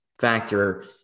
factor